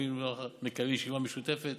ואפילו נקיים ישיבה משותפת